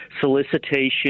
solicitation